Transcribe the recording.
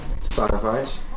Spotify